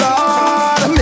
Lord